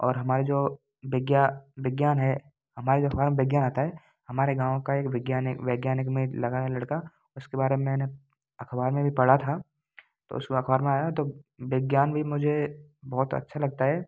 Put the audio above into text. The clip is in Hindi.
और हमारे जो बिज्ञा विज्ञान है हमारे जो अखबार में विज्ञान आता है हमारे गाँव का एक विज्ञानिक वैज्ञानिक में लगा है लड़का उसके बारे में मैंने अखबार में भी पढ़ा था तो उसमें अखबार में आया तो विज्ञान भी मुझे बहुत अच्छा लगता है